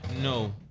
No